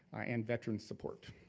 and veteran support.